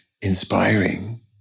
inspiring